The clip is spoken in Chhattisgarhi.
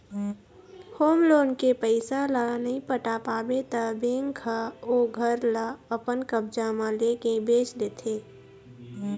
होम लोन के पइसा ल नइ पटा पाबे त बेंक ह ओ घर ल अपन कब्जा म लेके बेंच देथे